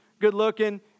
good-looking